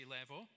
level